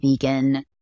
vegan